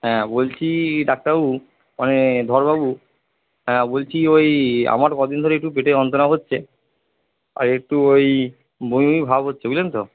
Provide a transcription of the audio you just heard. হ্যাঁ বলছি ডাক্তারবাবু মানে ধরবাবু বলছি ওই আমার কদিন ধরেই একটু পেটে যন্ত্রণা করছে আর একটু ওই বমি বমি ভাব হচ্ছে বুঝলেন তো